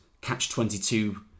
catch-22